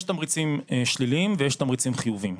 יש תמריצים שליליים ויש תמריצים חיוביים,